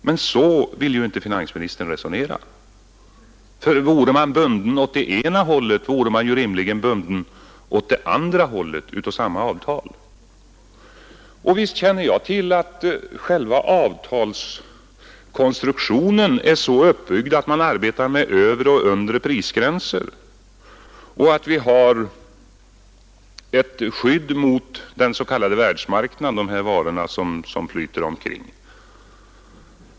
Om man är bunden åt ena hållet, så bör man ju rimligen vara bunden av samma avtal också åt det andra hållet. Men så vill ju inte finansministern resonera. Visst känner jag till att själva avtalskonstruktionen är uppbyggd så att man arbetar med övre och undre prisgränser och att vi har ett skydd mot den s.k. världsmarknaden när det gäller varor som så att säga flyter omkring där.